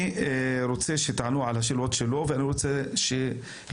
רוצה שתענו על השאלות של חה"כ חוג'יארת ואני רוצה להוסיף.